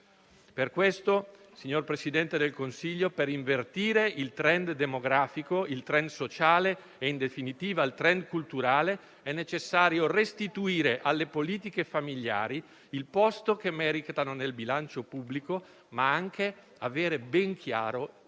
Per questo, signor Presidente del Consiglio, per invertire il *trend* demografico, il *trend* sociale e, in definitiva, il *trend* culturale, è necessario restituire alle politiche familiari il posto che meritano nel bilancio pubblico, ma anche avere ben chiaro